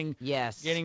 Yes